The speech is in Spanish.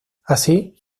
así